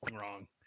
wrong